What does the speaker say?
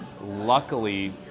luckily